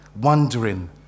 wondering